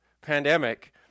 pandemic